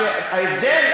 ההבדל,